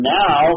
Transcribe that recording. now